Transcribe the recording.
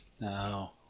No